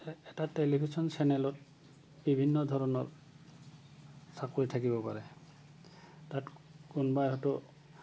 এটা টেলিভিছন চেনেলত বিভিন্ন ধৰণৰ চাকৰি থাকিব পাৰে তাত কোনোবাই হয়তো